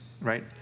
right